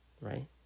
right